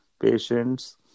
patients